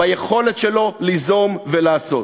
באי-יכולת שלו ליזום ולעשות.